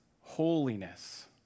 holiness